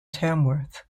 tamworth